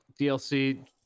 DLC